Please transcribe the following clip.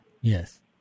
Yes